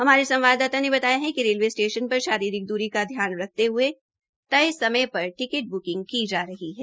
हमारे संवाददाता ने बताया कि कि रेलवे स्टेशन पर शारीरिक द्ररी का ध्यान रखते ह्ये तय समय पर टिकट बुकिंग की जा रही है